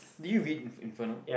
did you read in~ Inferno